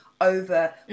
Over